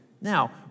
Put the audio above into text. Now